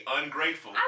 ungrateful